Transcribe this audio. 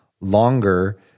longer